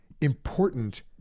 important